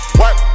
work